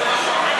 יותר מעניין.